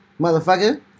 motherfucker